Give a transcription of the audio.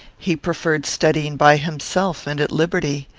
he preferred studying by himself, and at liberty.